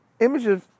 images